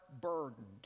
burdened